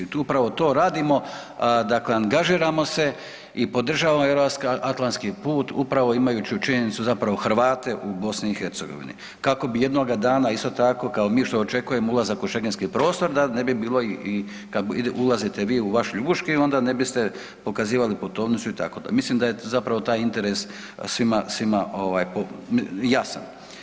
I tu upravo to radimo, dakle angažiramo se i podržavamo Euroatlantski put upravo imajući tu činjenicu Hrvate u BiH, kako bi jednoga dana isto tako kao mi što očekujemo ulazak u šengenski prostor da ne bi bilo i kad ulazite vi u vaš Ljubuški onda ne biste pokazivali putovnicu itd., mislim da je zapravo taj interes svima, svima ovaj jasan.